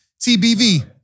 TBV